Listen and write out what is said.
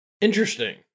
Interesting